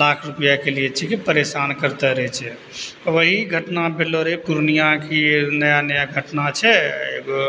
लाख रुपैआके लिये छिके की परेशान करते रहय छै वही घटना भेलो रहय पूर्णियाँके नया नया घटना छै एगो